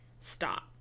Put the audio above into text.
stop